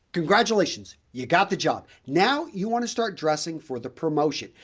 congratulations, you got the job. now, you want to start dressing for the promotion.